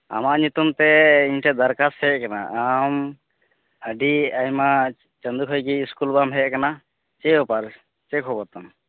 ᱟᱢᱟᱜ ᱧᱩᱛᱩᱢᱛᱮ ᱤᱧ ᱴᱷᱮᱱ ᱫᱟᱨᱠᱷᱟᱥᱛ ᱦᱮᱡ ᱮᱱᱟ ᱟᱢ ᱟᱹᱰᱤ ᱟᱭᱢᱟ ᱪᱟᱸᱫᱚ ᱠᱷᱚᱱ ᱜᱮ ᱤᱥᱠᱩᱞ ᱵᱟᱢ ᱦᱮᱡ ᱟᱠᱟᱱᱟ ᱪᱮᱫ ᱵᱮᱯᱟᱨ ᱪᱮᱫ ᱠᱷᱚᱵᱚᱨ ᱛᱟᱢ